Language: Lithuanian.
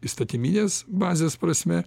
įstatyminės bazės prasme